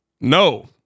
No